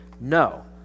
No